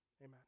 amen